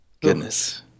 goodness